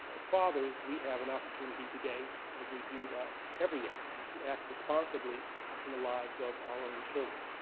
as fathers, we have an opportunity today, as we do every day, to act responsibly in the lives of our own children.